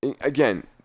again